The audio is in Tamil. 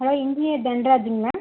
hello engineer தன்ராஜுங்களா